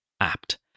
apt